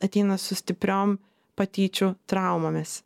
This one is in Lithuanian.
ateina su stipriom patyčių traumomis